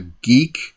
Geek